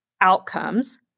outcomes